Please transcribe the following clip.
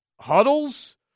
huddles